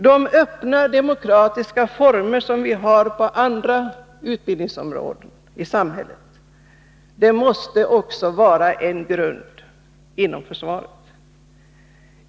De öppna demokratiska former som vi har på andra utbildningsområden i samhället måste vara en grund även inom försvaret.